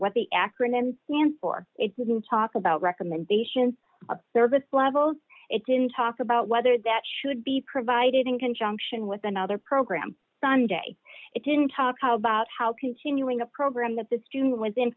what the acronym stands for it didn't talk about recommendations of service levels it didn't talk about whether that should be provided in conjunction with another program sunday it didn't talk about how continuing a program that the student w